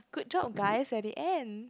good job guys at the end